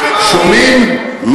מה